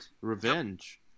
Revenge